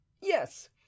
yes